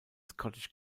scottish